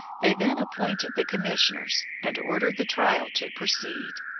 they then appointed the commissioners, and ordered the trial to proceed.